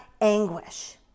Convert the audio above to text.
anguish